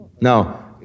Now